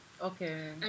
okay